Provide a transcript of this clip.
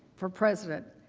for president.